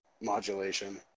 modulation